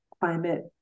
climate